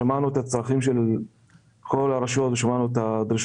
ושמענו את הצרכים של כל הרשויות ודרישות